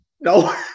No